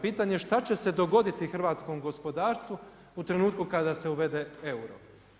Pitanje, što će se dogoditi hrvatskom gospodarstvu u trenutku kada se uvede euro?